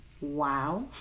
Wow